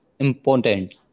important